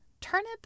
Turnip